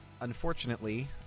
unfortunately